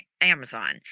Amazon